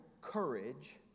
courage